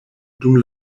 dum